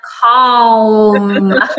calm